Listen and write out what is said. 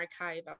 archive